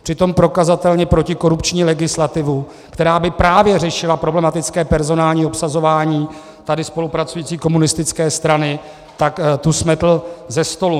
Přitom prokazatelně protikorupční legislativu, která by právě řešila problematické personální obsazování tady spolupracující komunistické strany, tak tu smetl ze stolu.